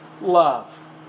love